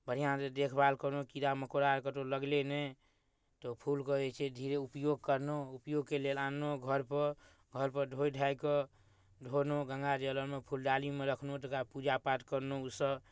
बढ़िआँ जे देखभाल केलहुॅं कीड़ा मकौड़ा कतौ लगलै नहि तऽ ओ फूलके जे छै धीरे उपयोग कयलहुॅं उपयोगके लेल आनलहुॅं घर पर घर पर धोइ धाइ कऽ धोलहुॅं गङ्गाजल अनलहुॅं फूलडाली मे रखलहुॅं तकरा पूजा पाठ करनहुॅं ओ सँ